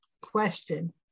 question